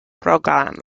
program